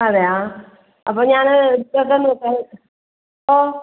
അതെയോ ഇപ്പോ ഞാന് ഇപ്പോ അത് നോക്കാം ഓ